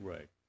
Right